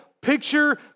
picture